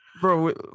Bro